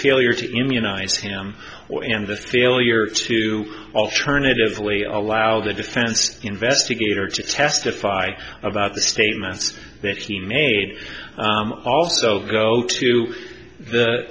failure to immunize him or and the failure to alternatively allow the defense investigator to testify about the statements that he made also go to the